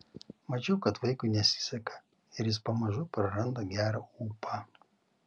mačiau kad vaikui nesiseka ir jis pamažu praranda gerą ūpą